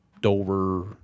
dover